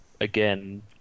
again